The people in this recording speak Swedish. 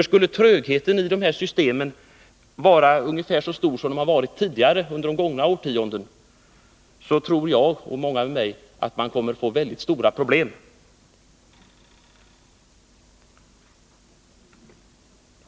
Skulle trögheten i alla dessa system vara så stor som under gångna årtionden, tror jag och många med mig att vi kommer att stå inför utomordentligt stora problem.